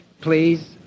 please